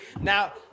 Now